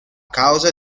causa